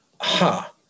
Ha